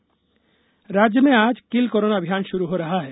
किल corona अभियान राज्य में आज किल कोरोना अभियान षुरु हो रहा है